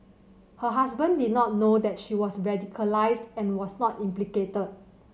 her husband did not know that she was radicalised and was not implicated